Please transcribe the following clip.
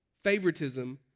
Favoritism